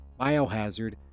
Biohazard